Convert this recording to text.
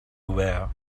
aware